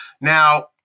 Now